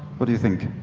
but do you think?